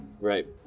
Right